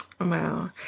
Wow